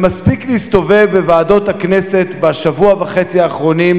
ומספיק להסתובב בוועדות הכנסת בשבוע וחצי האחרונים